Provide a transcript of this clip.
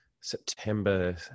september